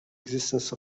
existence